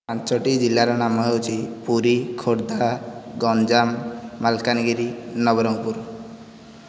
ପାଞ୍ଚଟି ଜିଲ୍ଲାର ନାମ ହେଉଛି ପୁରୀ ଖୋର୍ଦ୍ଧା ଗଞ୍ଜାମ ମାଲକାନଗିରି ନବରଙ୍ଗପୁର